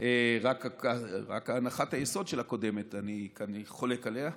רק הנחת היסוד של הקודמת, אני חולק עליה.